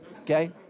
okay